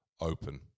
open